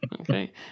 okay